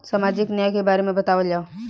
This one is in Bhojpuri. सामाजिक न्याय के बारे में बतावल जाव?